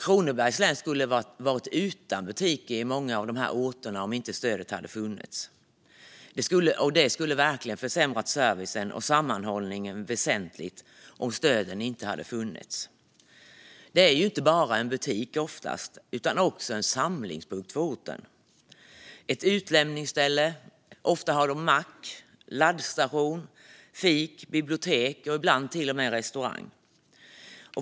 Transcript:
Kronobergs län skulle ha varit utan butiker på många av dessa orter om inte stödet hade funnits. Det skulle verkligen försämra servicen och sammanhållningen väsentligt om stödet inte fanns. Butiken är ju inte bara en butik utan oftast också en samlingspunkt för orten. Det är ett utlämningsställe, ofta en mack, en laddstation, ett fik, ett bibliotek och ibland till och med en restaurang.